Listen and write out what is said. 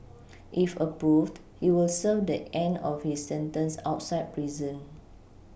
if approved he will serve the end of his sentence outside prison